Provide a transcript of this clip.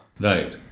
Right